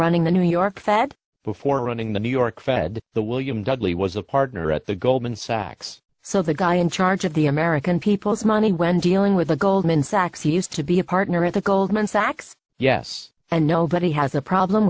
running the new york fed before running the new york fed the william dudley was a partner at the goldman sachs so the guy in charge of the american people's money when dealing with the goldman sachs used to be a partner at the goldman sachs yes and nobody has a problem